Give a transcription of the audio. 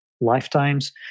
lifetimes